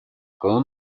con